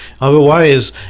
otherwise